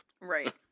Right